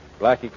Blackie